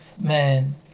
Man